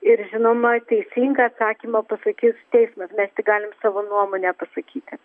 ir žinoma teisingą atsakymą pasakys teismas mes tik galim savo nuomonę pasakyti